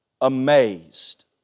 amazed